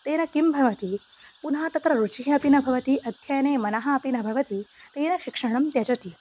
तेन किं भवति पुनः तत्र रुचिः अपि न भवति अध्ययने मनः अपि न भवति तेन शिक्षणं त्यजति